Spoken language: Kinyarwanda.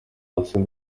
uwase